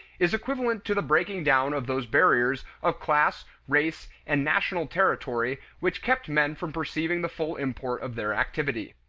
is equivalent to the breaking down of those barriers of class, race, and national territory which kept men from perceiving the full import of their activity.